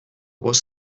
was